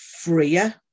freer